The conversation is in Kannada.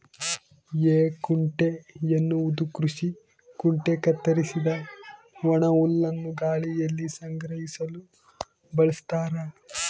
ಹೇಕುಂಟೆ ಎನ್ನುವುದು ಕೃಷಿ ಕುಂಟೆ ಕತ್ತರಿಸಿದ ಒಣಹುಲ್ಲನ್ನು ಗಾಳಿಯಲ್ಲಿ ಸಂಗ್ರಹಿಸಲು ಬಳಸ್ತಾರ